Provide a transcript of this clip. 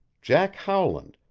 jack howland,